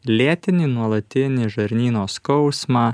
lėtinį nuolatinį žarnyno skausmą